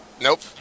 Nope